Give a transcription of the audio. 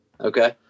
okay